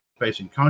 facing